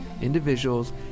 individuals